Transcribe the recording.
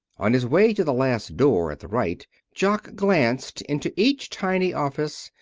on his way to the last door at the right jock glanced into each tiny office,